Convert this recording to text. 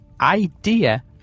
idea